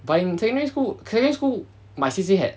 but in secondary school secondary school my C_C_A had